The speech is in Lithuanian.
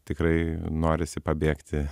tikrai norisi pabėgti